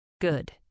Good